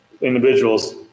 individuals